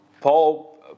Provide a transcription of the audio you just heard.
Paul